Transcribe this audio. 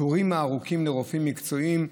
התורים הארוכים לרופאים מקצועיים,